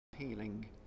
healing